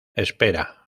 espera